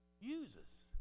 Uses